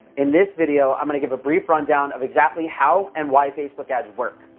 in this video i'm gonna give a brief rundown of exactly how and why facebook ads work.